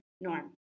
norm